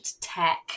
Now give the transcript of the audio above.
tech